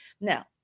Now